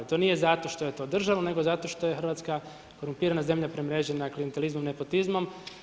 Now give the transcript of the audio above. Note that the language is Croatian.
To nije zato što je to državno, nego zato što je Hrvatska korumpirana zemlja premrežena klijentelizmom, nepotizmom.